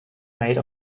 made